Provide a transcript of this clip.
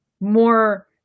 more